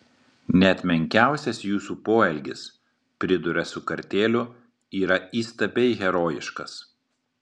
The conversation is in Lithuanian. net menkiausias jūsų poelgis priduria su kartėliu yra įstabiai herojiškas